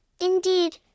indeed